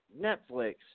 Netflix